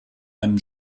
einem